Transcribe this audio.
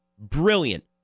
Brilliant